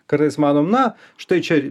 kartais manom na štai čia